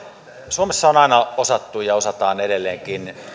suomessa on aina osattu ja osataan edelleenkin